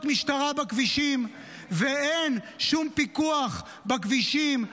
משטרה בכבישים ואין שום פיקוח בכבישים.